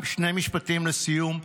שני משפטים לסיום: